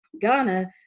Ghana